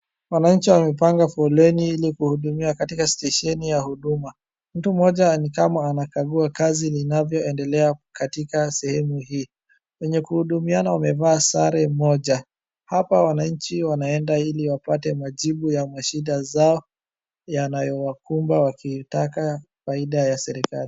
Wananchi wamepanga foleni ili kuhudumiwa katika stesheni ya huduma. Mtu mmoja ni kama anakagua kazi inavyoendelea katika sehemu hii, wenye kuhudumiana wamevaa sare moja. Hapa wananchi wanaenda ili wapate majibu ya mashida zao yanayowakumba wakiitaka faida ya serikali.